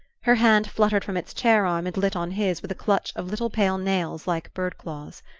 her hand fluttered from its chair-arm and lit on his with a clutch of little pale nails like bird-claws.